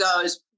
goes